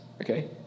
okay